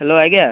hello ଆଜ୍ଞା